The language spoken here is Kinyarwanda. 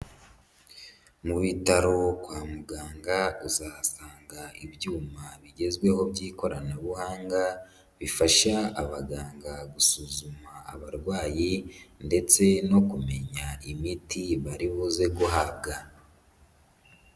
Mu bitaro kwa muganga uzatanga ibyuma bigezweho by'ikoranabuhanga, bifasha abaganga gusuzuma abarwayi ndetse no kumenya imiti baribuzeze guhabwa.